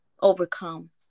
overcome